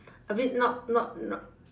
a bit not not not